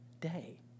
day